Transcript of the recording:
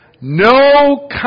No